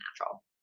natural